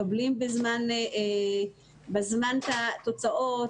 מקבלים בזמן את התוצאות.